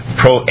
pro